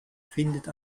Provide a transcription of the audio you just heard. findet